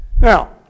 Now